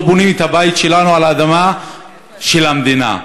לא בונים את הבית שלנו על האדמה של המדינה.